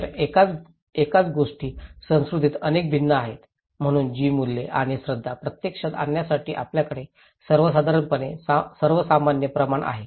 तर एकाच गोष्ट संस्कृतीत कशी भिन्न आहे म्हणून ती मूल्ये आणि श्रद्धा प्रत्यक्षात आणण्यासाठी आपल्याकडे सर्वसाधारणपणे सर्वसामान्य प्रमाण आहेत